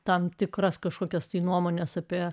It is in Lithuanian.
tam tikras kažkokios nuomonės apie